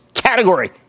category